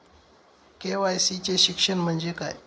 KYC चे शिक्षण म्हणजे काय?